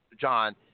John